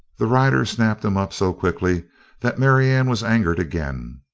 the rider snapped him up so quickly that marianne was angered again.